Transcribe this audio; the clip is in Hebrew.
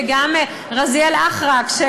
וגם רזיאל אחרק,